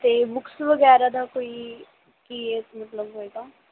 ਅਤੇ ਬੁੱਕਸ ਵਗੈਰਾ ਦਾ ਕੋਈ ਕੀ ਹੈ ਮਤਲਬ ਹੋਏਗਾ